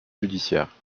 judiciaire